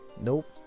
Nope